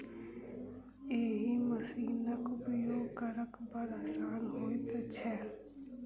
एहि मशीनक उपयोग करब बड़ आसान होइत छै